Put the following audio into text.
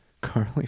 Carly